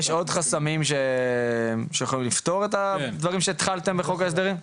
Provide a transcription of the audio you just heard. יש עוד חסמים שיכולים לפתור את כל הדברים שהתחלתם בחוק ההסדרים?